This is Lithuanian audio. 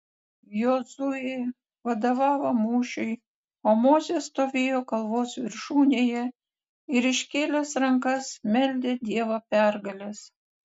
jozuė vadovavo mūšiui o mozė stovėjo kalvos viršūnėje ir iškėlęs rankas meldė dievą pergalės